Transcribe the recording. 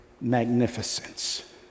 magnificence